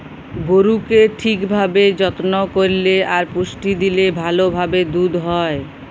গরুকে ঠিক ভাবে যত্ন করল্যে আর পুষ্টি দিলে ভাল ভাবে দুধ হ্যয়